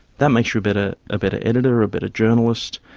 that makes you but ah a better editor, a better journalist,